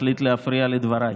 החליט להפריע לדבריי.